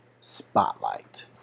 spotlight